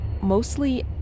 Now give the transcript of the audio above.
mostly